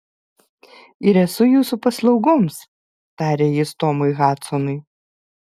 ir esu jūsų paslaugoms tarė jis tomui hadsonui